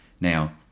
Now